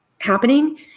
happening